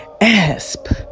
asp